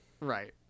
Right